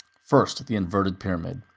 first, the inverted pyramid.